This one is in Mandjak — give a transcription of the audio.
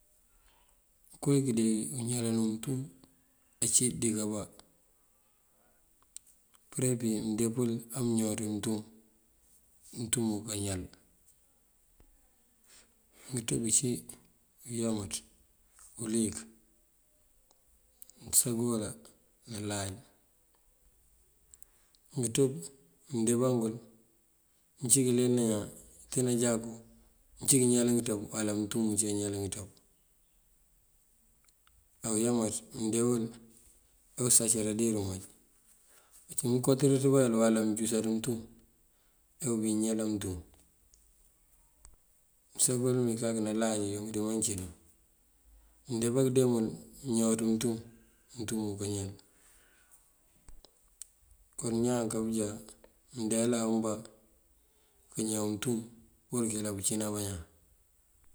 Koowí këndee wí uñáalanu muntum ací dí kawa. Përe pí mëndee pul amëñawaţ muntum, muntumu kañáal. Ngëţëb cí, uyámaţ, uliyëk, mënsobela ná láaj. Ngëţëb mëndee ngul uncí kaleen ñaan te najáku mëncí kañáalan ngëţëb uwala muntumu cí kañáalan ngëţëb. Á uyámaţ wul awusáancara dí imáaj, uncí mënkooţëráaţa bá yël uwala mënjúsaţ bá muntum awubí mëñáalan muntum. Mënsobela mí kak ná láaj unk dí muncí dun, mëndee bá kandee mul amëñawaţ muntum, muntumu kañáal. Kon ñaan mënká pujá mëndeela awubá këñaw muntum këyëlan kancína bañaan.